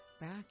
Back